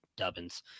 dubbins